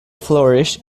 flourished